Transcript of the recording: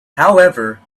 however